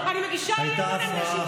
אני שומעת רק על גלי ישראל, על ערוץ 14,